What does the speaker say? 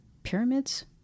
pyramids